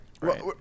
right